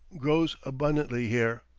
grows abundantly here.